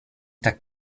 tak